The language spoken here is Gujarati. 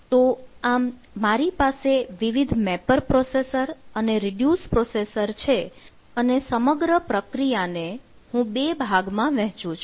તો આમ મારી પાસે વિવિધ મેપર પ્રોસેસર અને રીડ્યુસ પ્રોસેસર છે અને સમગ્ર પ્રક્રિયાને હું બે ભાગમાં વહેંચું છું